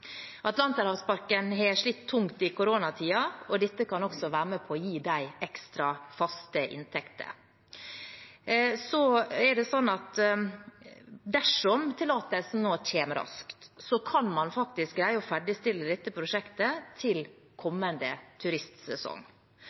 Atlanterhavsparken har slitt tungt i koronatiden, og dette kan også være med på gi dem faste ekstrainntekter. Dersom tillatelsen nå kommer raskt, kan man faktisk greie å ferdigstille dette prosjektet til kommende turistsesong.